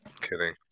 Kidding